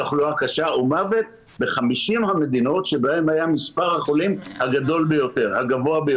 תחלואה קשה או מוות ב-50 המדינות שבהן היה מספר החולים הגבוה ביותר,